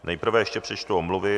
Nejprve ještě přečtu omluvy.